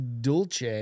Dulce